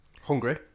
Hungry